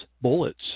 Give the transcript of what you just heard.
bullets